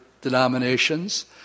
denominations